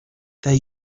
they